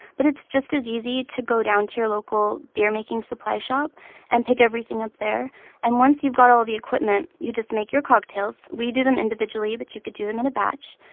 but it's just as easy to go down to your local beer-making supply shop and pick everything up there and once you have all the equipment, you just make your cocktails. we do them individually, but you could do them in a batch.